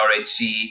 RHC